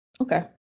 okay